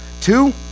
two